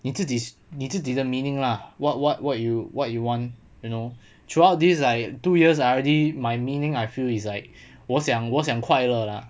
你自己你自己的 meaning lah what what what you what you want you know throughout these like two years I already my meaning I feel is like 我想我想快乐啦